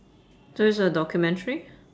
so it's a documentary